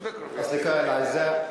(אומר דברים בשפה הערבית,